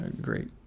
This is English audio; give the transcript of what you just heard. great